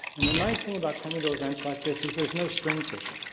and the nice thing about coming to events like this is there's no string pushing.